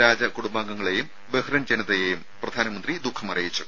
രാജകുടുംബാംഗങ്ങളെയും Bahrain ജനതയെയും പ്രധാനമന്ത്രി ദുഃഖം അറിയിച്ചു